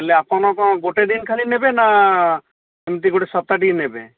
ହେଲେ ଆପଣ କ'ଣ ଗୋଟେ ଦିନ ଖାଲି ନେବେ ନା ଏମିତି ଗୋଟେ ସପ୍ତାଟିଏ ନେବେ